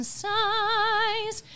sighs